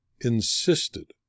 insisted